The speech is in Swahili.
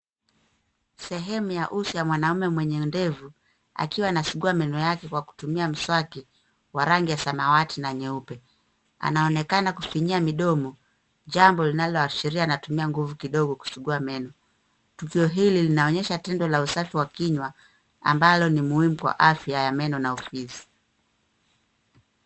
Sehemu ya uso ya mwanaume mwenye ndevu akiwa anasugua meno yake kwa kutumia mswaki wa rangi ya samawati na nyeupe. Anaonekana kufinyia midomo jambo linaloashiria anatumia nguvu kidogo kusugua meno. Tukio hili linaonyesha tendo la usafi wa kinywa ambalo ni muhimu kwa afya ya meno na ufizi.